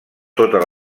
totes